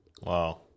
wow